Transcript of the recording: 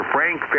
Frank